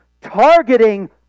targeting